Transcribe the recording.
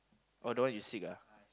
or the one you seek ah